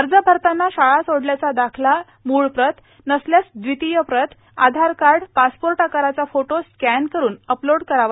अर्ज भरतांना शाळा सोडल्याचा दाखला मूळ प्रत नसल्यास द्वितीय प्रत आधारकार्ड पासपोर्ट आकाराचा फोटो स्कॅन करुन अपलोड करावा